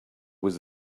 was